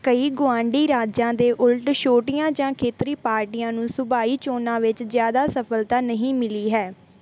ਕਈ ਗੁਆਂਢੀ ਰਾਜਾਂ ਦੇ ਉਲਟ ਛੋਟੀਆਂ ਜਾਂ ਖੇਤਰੀ ਪਾਰਟੀਆਂ ਨੂੰ ਸੂਬਾਈ ਚੋਣਾਂ ਵਿੱਚ ਜ਼ਿਆਦਾ ਸਫ਼ਲਤਾ ਨਹੀਂ ਮਿਲੀ ਹੈ